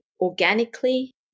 organically